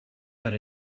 per